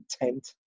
intent